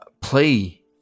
play